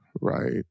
right